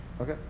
Okay